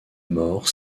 mort